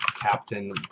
Captain